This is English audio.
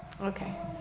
Okay